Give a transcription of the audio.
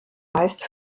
meist